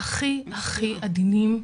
הכי-הכי עדינים.